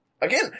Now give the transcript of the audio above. Again